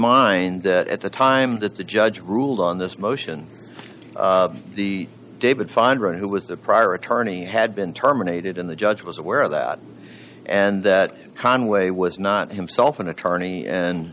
mind that at the time that the judge ruled on this motion the david find wright who was the prior attorney had been terminated and the judge was aware of that and that conway was not himself an attorney and